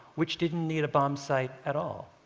which didn't need a bombsight at all.